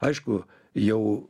aišku jau